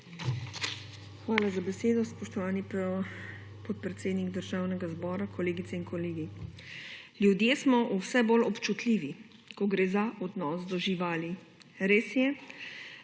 Hvala za besedo, spoštovani podpredsednik Državnega zbora. Kolegice in kolegi! Ljudje smo vse bolj občutljivi, ko gre za odnos do živali. res je,